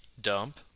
dump